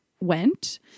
went